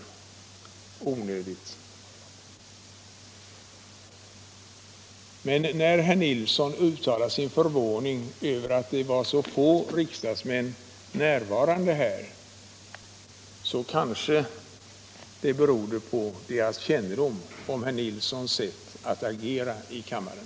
Jag vill bara med anledning av att herr Nilsson uttalade sin förvåning över att det var så få riksdagsmän närvarande vid denna debatt säga, att det kanske beror på deras kännedom om herr Nilssons sätt att agera i kammaren.